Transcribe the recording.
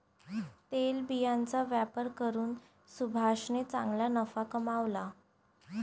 तेलबियांचा व्यापार करून सुभाषने चांगला नफा कमावला